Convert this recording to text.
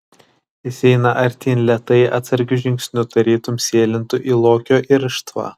jis eina artyn lėtai atsargiu žingsniu tarytum sėlintų į lokio irštvą